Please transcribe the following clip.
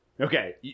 Okay